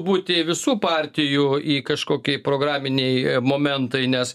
būti visų partijų į kažkoki programiniai momentai nes